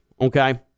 okay